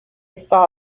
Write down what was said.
saw